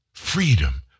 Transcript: Freedom